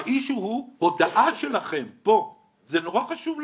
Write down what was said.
האישו הוא הודעה שלכם פה, זה נורא חשוב להבין.